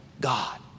God